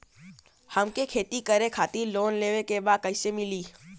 हमके खेती करे खातिर लोन लेवे के बा कइसे मिली?